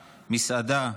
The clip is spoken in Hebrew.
מסעדה,